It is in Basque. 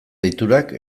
deiturak